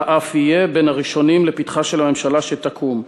אלא אף יהיה בין הראשונים לפתחה של הממשלה שתקום.